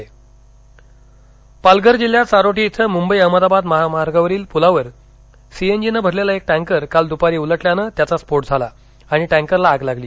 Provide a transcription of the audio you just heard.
आग पालघर पालघर जिल्ह्यात चारोटी इथं मुंबई अहमदाबाद महामार्गावरील पुलावर सीएनजी ने भरलेला एक टँकर काल दुपारी उलटल्यानं त्याचा स्फोट झाला आणि टँकर ला आग लागली